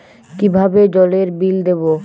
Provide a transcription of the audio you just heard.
কিভাবে জলের বিল দেবো?